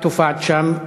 את הופעת שם,